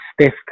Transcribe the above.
stiff